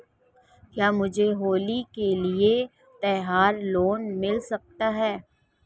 क्या मुझे होली के लिए त्यौहार लोंन मिल सकता है?